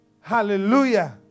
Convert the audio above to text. Hallelujah